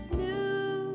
new